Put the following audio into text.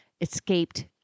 Escaped